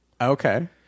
Okay